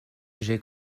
j’ai